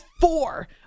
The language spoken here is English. four